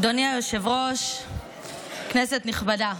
אדוני היושב-ראש, כנסת נכבדה,